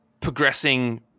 progressing